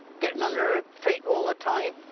getting under her feet all the time.